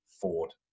Ford